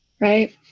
Right